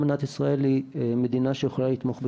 מדינת ישראל היא מדינה שיכולה לתמוך בקשישים.